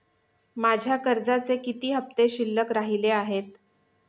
माझ्या कर्जाचे किती हफ्ते शिल्लक राहिले आहेत?